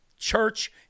church